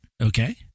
Okay